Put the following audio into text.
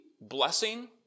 blessing